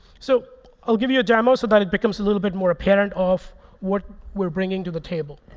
so i'll give you a demo, so that it becomes a little bit more apparent of what we're bringing to the table.